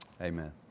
Amen